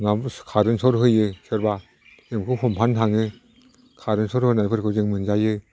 ना current short होयो सोरबा जों बेखौ हमफानो थाङो कारेन्ट सट होनायफोरखौ जों मोनजायो